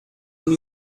only